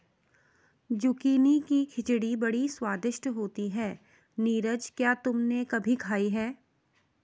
Zucchini की खिचड़ी बड़ी स्वादिष्ट होती है नीरज क्या तुमने कभी खाई है?